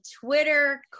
Twitter